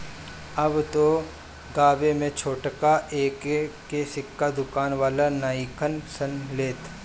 अब त गांवे में छोटका एक के सिक्का दुकान वाला नइखन सन लेत